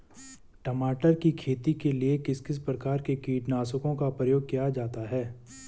टमाटर की खेती के लिए किस किस प्रकार के कीटनाशकों का प्रयोग किया जाता है?